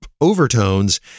overtones